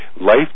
life